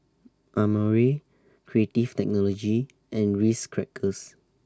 Amore Creative Technology and Ritz Crackers